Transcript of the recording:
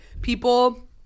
people